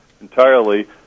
entirely